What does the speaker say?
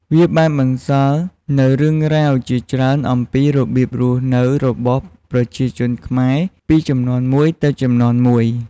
វាបានបន្សល់ទុកនូវរឿងរ៉ាវជាច្រើនអំពីរបៀបរស់នៅរបស់ប្រជាជនខ្មែរពីជំនាន់មួយទៅជំនាន់មួយ។